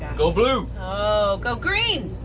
go blue! oh. go green!